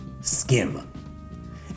skim